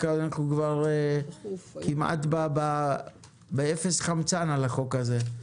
רק שאנחנו כבר כמעט באפס חמצן על החוק הזה,